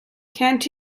can’t